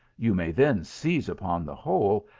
you may then seize upon the whole,